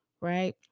Right